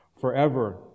forever